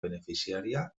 beneficiària